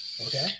Okay